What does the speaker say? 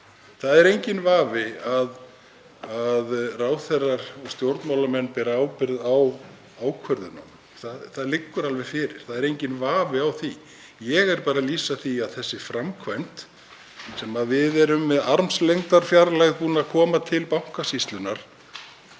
Það er enginn vafi á að ráðherrar og stjórnmálamenn bera ábyrgð á ákvörðunum. Það liggur alveg fyrir. Það er enginn vafi á því. Ég er bara að lýsa því að þessi framkvæmd, þar sem við erum með armslengdarfjarlægð, búin að koma henni til Bankasýslunnar,